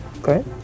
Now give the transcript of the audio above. Okay